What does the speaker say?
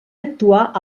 actuar